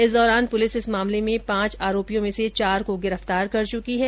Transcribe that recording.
इस दौरान पुलिस इस मामले में पांच आरोपियों में से चार को गिरफ्तार कर चुकी है